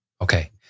Okay